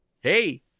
hey